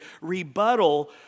rebuttal